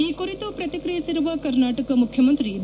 ಈ ಕುರಿತು ಪ್ರತಿಕ್ರಿಯಿಸಿರುವ ಕರ್ನಾಟಕ ಮುಖ್ಯಮಂತ್ರಿ ಬಿ